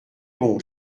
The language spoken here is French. bon